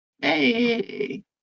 Hey